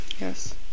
Yes